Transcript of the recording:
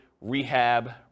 rehab